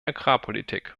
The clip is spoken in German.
agrarpolitik